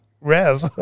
Rev